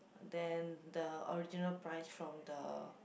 than the original price from the